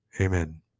Amen